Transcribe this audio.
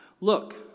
Look